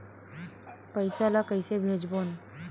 पईसा ला कइसे भेजबोन?